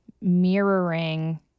mirroring